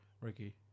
Ricky